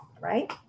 right